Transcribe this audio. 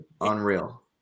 Unreal